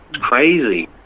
crazy